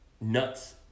nuts